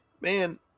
man